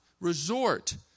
resort